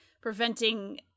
preventing